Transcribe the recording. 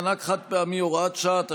מענק חד-פעמי) (הוראה שעה),